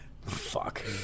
Fuck